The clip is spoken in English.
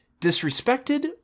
disrespected